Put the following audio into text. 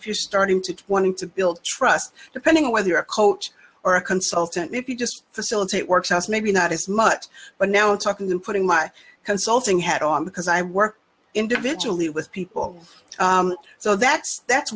if you're starting to one to build trust depending on whether you're a coach or a consultant if you just facilitate workshops maybe not as much but now i'm talking to putting my consulting had on because i work individually with people so that's that's